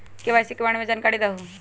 KYC के बारे में जानकारी दहु?